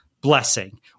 Blessing